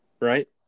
Right